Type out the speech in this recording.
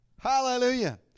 Hallelujah